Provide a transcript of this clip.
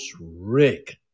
rick